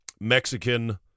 Mexican